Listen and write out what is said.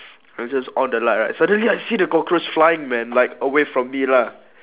I just on the light right suddenly I see the cockroach flying man like away from me lah